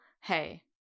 hey